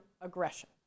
aggression